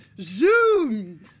zoom